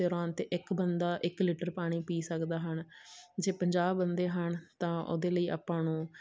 ਤੋਰਾਨ 'ਤੇ ਇੱਕ ਬੰਦਾ ਇੱਕ ਲੀਟਰ ਪਾਣੀ ਪੀ ਸਕਦਾ ਹਨ ਜੇ ਪੰਜਾਹ ਬੰਦੇ ਹਨ ਤਾਂ ਉਹਦੇ ਲਈ ਆਪਾਂ ਨੂੰ